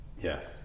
yes